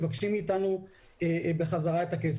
מבקשים איתנו בחזרה את הכסף.